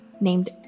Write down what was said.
named